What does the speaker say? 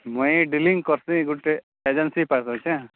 ମୁଇଁ ଡିଲିଙ୍ଗ୍ କରୁଛି ଗୋଟେ ଏଜେନ୍ସି ପାଖରେ